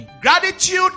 Gratitude